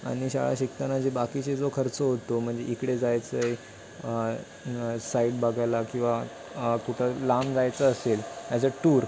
आणि शाळा शिकताना जे बाकीचे जो खर्च होतो म्हणजे इकडे जायचं साईट बघायला किंवा कुठं लांब जायचं असेल ॲज अ टूर